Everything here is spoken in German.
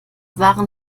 waren